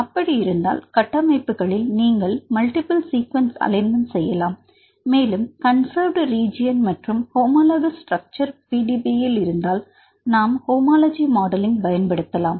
அப்படி இருந்தால் கட்டமைப்புகளில் நீங்கள் மல்டிபில் சீக்வென்ஸ் அலைன்மெண்ட் செய்யலாம் மேலும் கன்சர்ட் ரிஜிஎன் மற்றும் ஹோமோ லகஸ் ஸ்ட்ரெச்சர் பிடிபியில் இருந்தால் நாம் ஹோமோலஜி மாடலிங் பயன்படுத்தலாம்